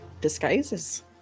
disguises